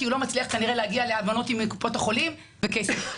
כי הוא לא מצליח כנראה להגיע להבנות עם קופות החולים לגבי הכסף.